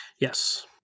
Yes